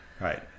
Right